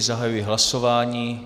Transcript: Zahajuji hlasování.